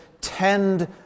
tend